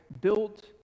built